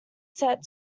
set